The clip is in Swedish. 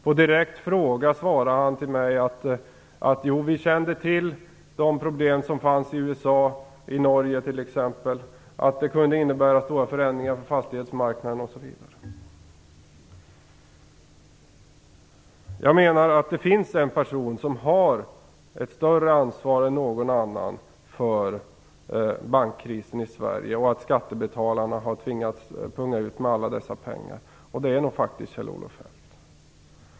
På direkt fråga svarade han mig: Jo, vi kände till de problem som fanns i t.ex. USA och Norge, att det kunde innebära stora förändringar på fastighetsmarknaden osv. Jag menar att det finns en person som har ett större ansvar än någon annan för bankkrisen i Sverige och för att skattebetalarna har tvingats punga ut med alla dessa pengar. Det är nog faktiskt Kjell-Olof Feldt.